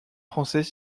français